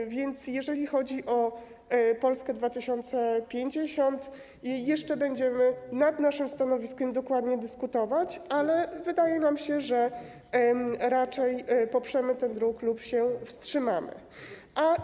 Tak więc, jeżeli chodzi o Polskę 2050, to jeszcze będziemy nad naszym stanowiskiem dokładnie dyskutować, ale wydaje nam się, że raczej poprzemy ten projekt lub wstrzymamy się od głosu.